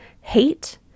hate